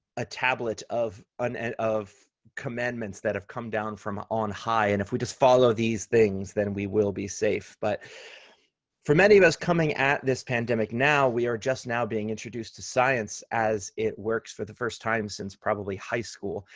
a tablet of and commandments that have come down from on high, and if we just follow these things, then we will be safe. but for many of us coming at this pandemic now, we are just now being introduced to science as it works for the first time since probably high school.